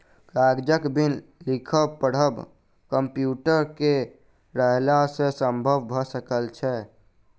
कागजक बिन लिखब पढ़ब कम्प्यूटर के रहला सॅ संभव भ सकल अछि